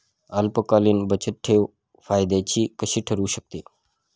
अल्पकालीन बचतठेव फायद्याची कशी ठरु शकते?